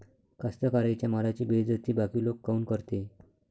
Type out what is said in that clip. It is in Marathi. कास्तकाराइच्या मालाची बेइज्जती बाकी लोक काऊन करते?